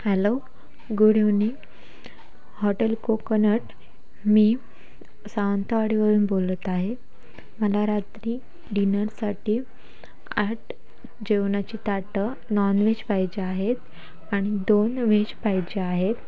hello good evening hotel coconut मी सावंतवाडीवरून बोलत आहे मला रात्री डिनरसाठी आठ जेवणाची ताटं नॉन व्हेज पाहिजे आहेत आणि दोन व्हेज पाहिजे आहेत